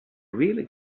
really